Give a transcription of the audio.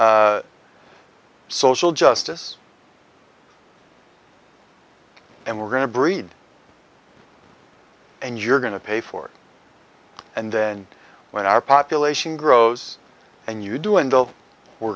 social justice and we're going to breed and you're going to pay for it and then when our population grows and you do until we're